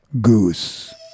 Goose